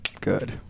good